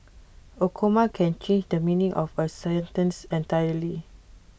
A comma can change the meaning of A sentence entirely